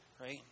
right